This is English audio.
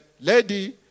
lady